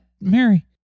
Mary